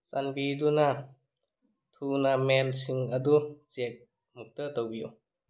ꯆꯥꯟꯕꯤꯗꯨꯅ ꯊꯨꯅ ꯃꯦꯜꯁꯤꯡ ꯑꯗꯨ ꯆꯦꯛ ꯑꯃꯨꯛꯇ ꯇꯧꯕꯤꯌꯨ